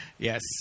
Yes